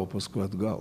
o paskui atgal